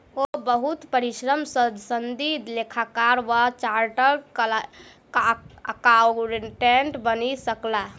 ओ बहुत परिश्रम सॅ सनदी लेखाकार वा चार्टर्ड अकाउंटेंट बनि सकला